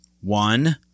one